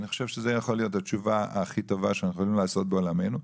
אני חושב שזו יכולה להיות התשובה הכי טובה שאנחנו יכולים לעשות בעולמנו,